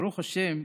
ברוך השם,